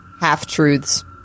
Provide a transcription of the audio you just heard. half-truths